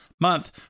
month